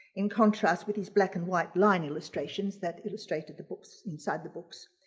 in contrast with his black and white line illustrations that illustrated the books inside the books,